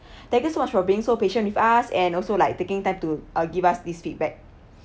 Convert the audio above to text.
thank you so much for being so patient with us and also like taking time to uh give us this feedback